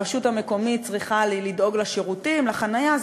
הרשות המקומית צריכה לדאוג לשירותים, לחניה.